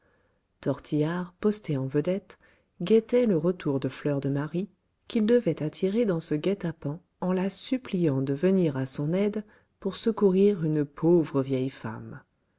tortillard posté en vedette guettait le retour de fleur de marie qu'il devait attirer dans ce guet-apens en la suppliant de venir à son aide pour secourir une pauvre vieille femme